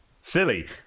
Silly